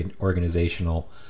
organizational